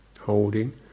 holding